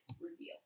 reveal